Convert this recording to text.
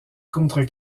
contre